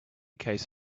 case